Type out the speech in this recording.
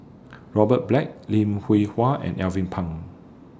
Robert Black Lim Hwee Hua and Alvin Pang